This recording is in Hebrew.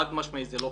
חד-משמעית לא קסדה.